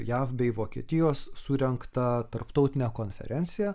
jav bei vokietijos surengtą tarptautinę konferenciją